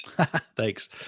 Thanks